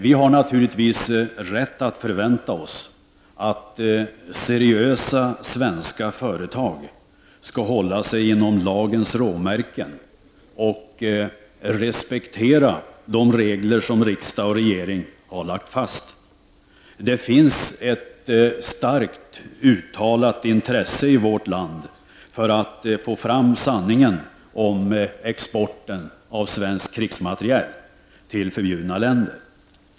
Vi har naturligtvis rätt att förvänta oss att seriösa svenska företag skall hålla sig inom lagens råmärken och respektera de regler som riksdag och regering har lagt fast. Det finns ett starkt uttalat intresse i vårt land för att få fram sanningen om exporten av svenskt krigsmateriel till förbjudna länder, så att säga.